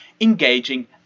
engaging